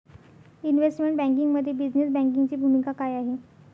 Investment बँकिंगमध्ये business बँकिंगची भूमिका काय आहे?